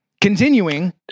Continuing